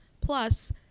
plus